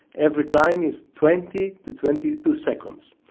every climb is twenty to twenty two seconds.